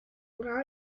when